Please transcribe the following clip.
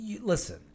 Listen